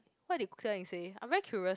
what did jia-ying say I'm very curious